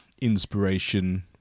inspiration